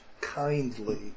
kindly